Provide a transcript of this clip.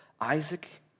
Isaac